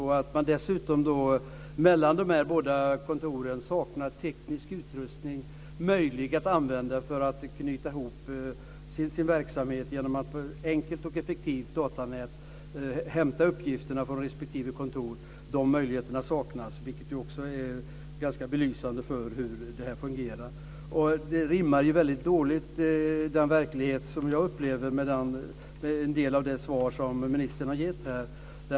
Dessutom saknar man mellan dessa kontor teknisk utrustning som är möjlig att använda för att knyta ihop sin verksamhet. Det finns inget enkelt och effektivt datanät för att hämta uppgifterna från respektive kontor. De möjligheterna saknas, vilket också är ganska belysande för hur det fungerar. Den verklighet jag upplever rimmar väldigt dåligt med en del av de svar ministern har gett här.